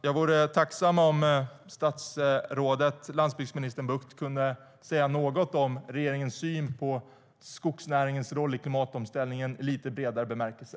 Jag vore tacksam om landsbygdsminister Bucht kunde säga något om regeringens syn på skogsnäringens roll i klimatomställningen i lite bredare bemärkelse.